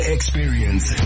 Experience